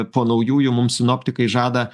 po naujųjų mums sinoptikai žada